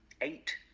eight